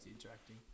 interacting